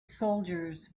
soldiers